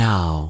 Now